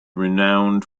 renowned